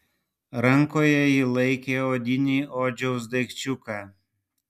rankoje ji laikė odinį odžiaus daikčiuką